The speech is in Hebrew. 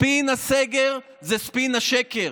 ספין הסגר זה ספין השקר.